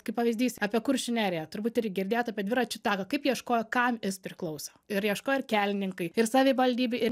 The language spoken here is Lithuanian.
kaip pavyzdys apie kuršių neriją turbūt ir girdėjot apie dviračių taką kaip ieškojo kam jis priklauso ir ieškojo ir kelininkai ir savivaldybė ir